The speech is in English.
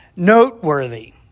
Noteworthy